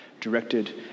directed